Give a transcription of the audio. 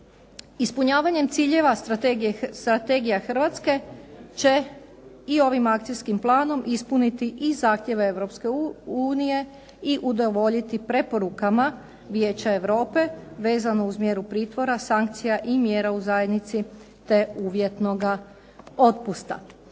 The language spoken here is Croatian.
Ispunjavanjem ciljeva strategija Hrvatske će i ovim akcijskim planom ispuniti i zahtjeve Europske unije i udovoljiti preporukama Vijeća Europe vezano uz mjeru pritvora, sankcija i mjera u zajednici, te uvjetnoga otpusta.